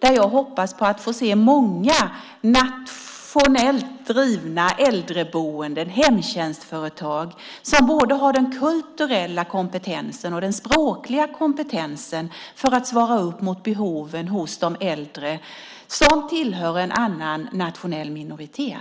Där hoppas jag få se många nationellt drivna äldreboenden och hemtjänstföretag som har både den kulturella kompetensen och den språkliga kompetensen för att svara upp mot behoven hos de äldre som tillhör en annan nationell minoritet.